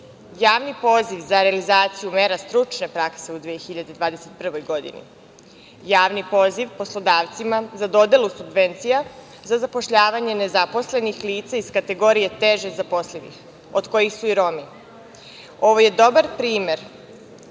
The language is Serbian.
Javni poziv za realizaciju mera stručne prakse u 2021. godini, Javni poziv poslodavcima za dodelu subvencija za zapošljavanje nezaposlenih lica iz kategorije teže zapošljivih, od kojih su i Romi. Ovo je dobar primer